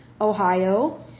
Ohio